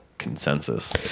consensus